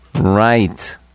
Right